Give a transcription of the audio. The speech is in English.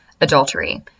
adultery